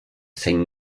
zein